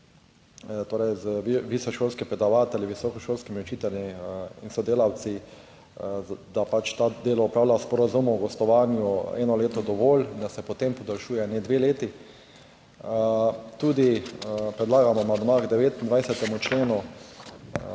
torej z / nerazumljivo/ predavatelji, visokošolskimi učitelji in sodelavci, da pač to delo opravlja sporazum o gostovanju, eno leto dovolj in da se potem podaljšuje, ne dve leti. Tudi predlagamo amandma k 29. členu,